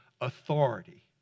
authority